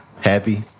Happy